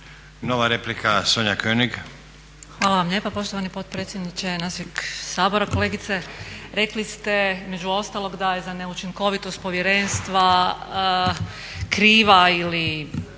**König, Sonja (HNS)** Hvala vam lijepa poštovani potpredsjedniče našeg Sabora. Kolegice rekli ste među ostalog da je za neučinkovitost povjerenstva kriva ili